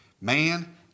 Man